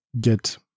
get